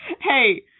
hey